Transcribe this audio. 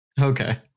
Okay